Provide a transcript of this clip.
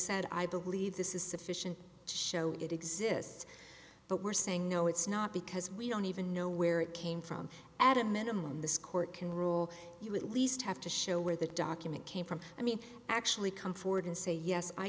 said i believe this is sufficient to show it exists but we're saying no it's not because we don't even know where it came from at a minimum this court can rule you at least have to show where the document came from i mean actually come forward and say yes i